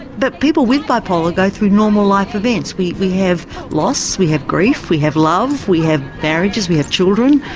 but people with bipolar go through normal life events. we we have loss, we have grief, we have love, we have marriages, we have children,